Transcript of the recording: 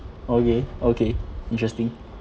okay okay interesting